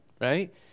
right